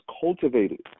cultivated